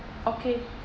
okay